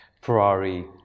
Ferrari